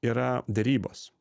yra derybos